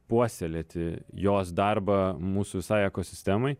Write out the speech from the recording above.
puoselėti jos darbą mūsų visai ekosistemai